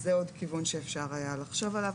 זה עוד כיוון שאפשר היה לחשוב עליו,